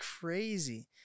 crazy